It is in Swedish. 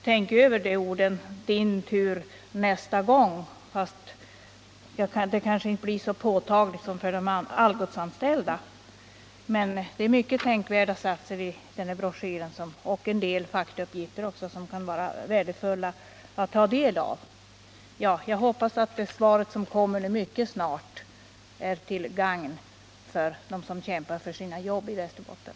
Tänk över orden ”Din tur nästa gång”, fast det kanske inte blir så påtagligt som för de Algotsanställda. Men det är mycket tänkvärda satser och en del faktauppgifter i broschyren som kan vara värdefulla att ta del av. Jag hoppas att svaret som kommer mycket snart är till gagn för dem som kämpar för sina jobb i Västerbotten.